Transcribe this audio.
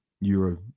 euro